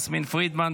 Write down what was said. יסמין פרידמן,